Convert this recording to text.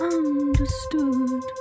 understood